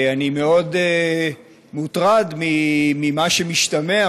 אני מאוד מוטרד ממה שמשתמע,